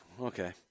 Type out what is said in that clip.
okay